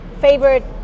favorite